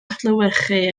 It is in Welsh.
adlewyrchu